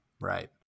Right